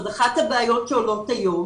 אז אחת הבעיות שעולות היום,